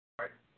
right